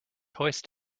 hoist